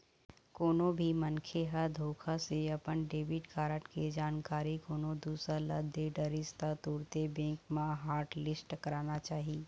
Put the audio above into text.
कोनो भी मनखे ह धोखा से अपन डेबिट कारड के जानकारी कोनो दूसर ल दे डरिस त तुरते बेंक म हॉटलिस्ट कराना चाही